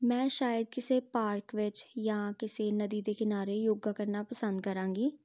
ਮੈਂ ਸ਼ਾਇਦ ਕਿਸੇ ਪਾਰਕ ਵਿੱਚ ਜਾਂ ਕਿਸੇ ਨਦੀ ਦੇ ਕਿਨਾਰੇ ਯੋਗਾ ਕਰਨਾ ਪਸੰਦ ਕਰਾਂਗੀ